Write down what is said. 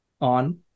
on